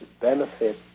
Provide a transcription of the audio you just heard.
benefit